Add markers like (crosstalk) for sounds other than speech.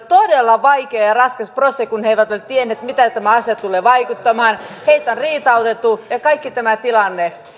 (unintelligible) todella vaikea ja raskas prosessi kun he eivät ole tienneet miten tämä asia tulee vaikuttamaan heitä on riitautettu ja on ollut kaikki tämä tilanne